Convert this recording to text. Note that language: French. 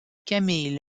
camille